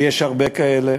ויש הרבה כאלה,